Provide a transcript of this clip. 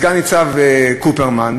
סגן-ניצב קופרמן.